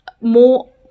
more